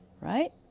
right